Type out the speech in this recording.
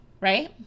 right